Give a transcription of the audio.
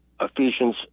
Ephesians